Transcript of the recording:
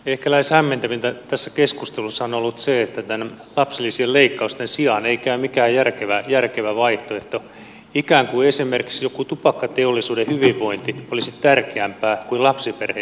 ehkä hämmentävintä tässä keskustelussa on ollut se että lapsilisien leikkausten sijaan ei käy mikään järkevä vaihtoehto ikään kuin esimerkiksi joku tupakkateollisuuden hyvinvointi olisi tärkeämpää kuin lapsiperheitten hyvinvointi